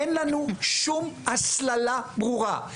אין לנו שום הסללה ברורה.